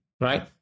right